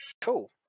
Cool